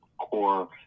core